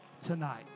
tonight